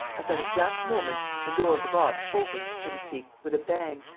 at that exact moment, the door of the box opened, so to speak, with a bang,